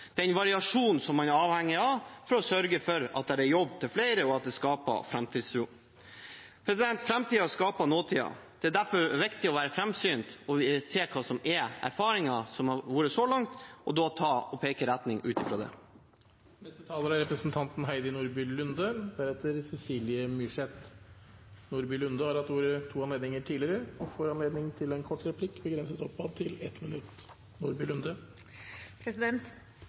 den variasjonen man er avhengig av for å sørge for at det er jobb til flere og skapes framtidstro. Framtiden skapes av nåtiden. Det er derfor viktig å være framsynt og se hva som er erfaringene så langt, og peke retningen ut fra det. Representanten Heidi Nordby Lunde har hatt ordet to ganger tidligere og får ordet til en kort merknad, begrenset til 1 minutt.